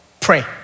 Pray